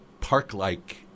park-like